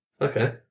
Okay